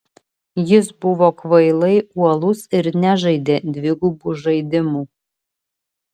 jis buvo kvailai uolus ir nežaidė dvigubų žaidimų